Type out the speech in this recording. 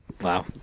Wow